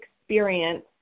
experience